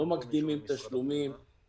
לא מקדימים תשלומים,